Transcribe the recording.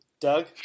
Doug